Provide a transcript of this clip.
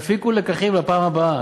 תפיקו לקחים לפעם הבאה.